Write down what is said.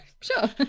Sure